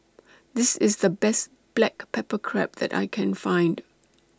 This IS The Best Black Pepper Crab that I Can Find